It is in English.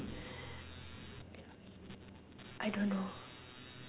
I don't know